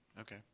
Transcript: Okay